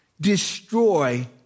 destroy